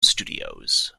studios